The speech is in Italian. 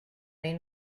nei